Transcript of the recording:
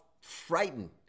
frightened